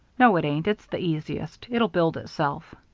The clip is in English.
no, it ain't. it's the easiest. it'll build itself.